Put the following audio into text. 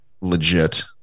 legit